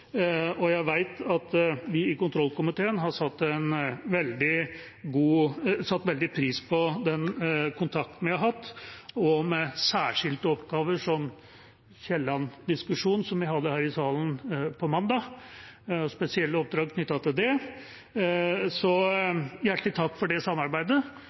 Jeg vet at vi i kontrollkomiteen har satt veldig pris på den kontakten vi har hatt, også når det gjelder særskilte oppgaver, som Kielland-diskusjonen, som vi hadde her i salen på mandag, og spesielle oppdrag knyttet til det. Så hjertelig takk for det samarbeidet,